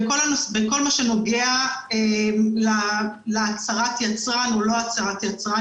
בכל הנוגע להצהרת יצרן או לא הצהרת יצרן,